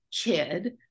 kid